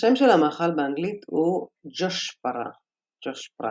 השם של המאכל באנגלית הוא Joshpara - ג'ושפרה.